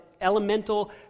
elemental